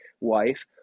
wife